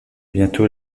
bientôt